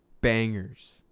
bangers